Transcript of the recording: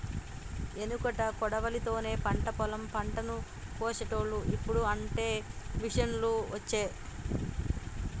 ఎనుకట కొడవలి తోనే పంట పొలం పంటను కోశేటోళ్లు, ఇప్పుడు అంటే మిషిండ్లు వచ్చే